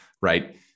right